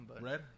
Red